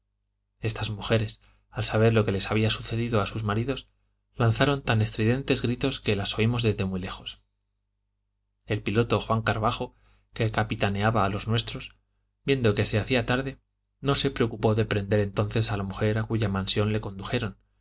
estas mujeres al saber lo que les había sucedido a sus maridos lanzaron tan estridentes gritos que las oímos desde muy lejos el piloto juan carvajo que capitaneaba a los nuestros viendo que se hacía tarde no se preocupó de prender entonces a la mujer a cuya mansión le condujeron